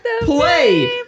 play